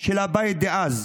הבית דאז.